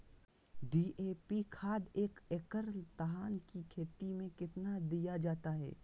DAP खाद एक एकड़ धान की खेती में कितना दीया जाता है?